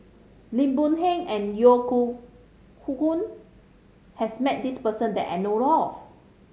Lim Boon Heng and Yeo Hoe Koon has met this person that I know of